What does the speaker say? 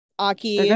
Aki